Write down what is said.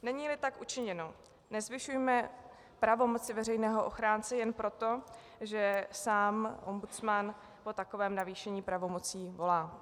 Neníli tak učiněno, nezvyšujme pravomoci veřejného ochránce jen proto, že sám ombudsman po takovém navýšení pravomocí volá.